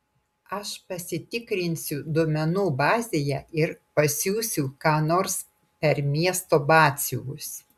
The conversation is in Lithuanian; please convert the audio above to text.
aš pasitikrinsiu duomenų bazėje ir pasiųsiu ką nors per miesto batsiuvius